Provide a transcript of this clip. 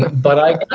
but i